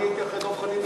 אני הייתי אחרי דב חנין.